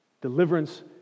Deliverance